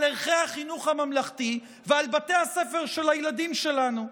ערכי החינוך הממלכתי ועל בתי הספר של הילדים שלנו.